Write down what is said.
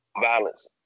violence